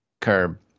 curb